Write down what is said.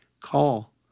call